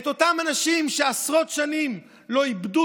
את אותם אנשים שעשרות שנים לא איבדו